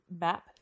map